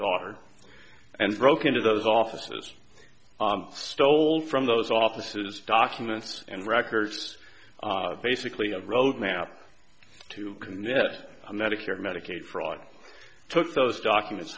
daughter and broke into those offices stole from those offices documents and records basically a roadmap to commit a medicare medicaid fraud took those documents